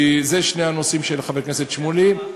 אלה שני הנושאים של חבר הכנסת שמולי.